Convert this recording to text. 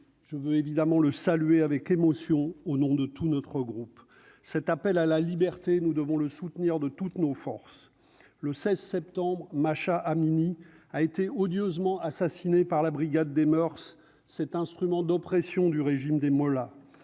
je veux évidemment le saluer avec émotion au nom de tout notre groupe, cet appel à la liberté, nous devons le soutenir de toutes nos forces le 16 septembre Masha Amini a été odieusement assassiné par la brigade des moeurs cet instrument d'oppression du régime des mollahs,